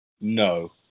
No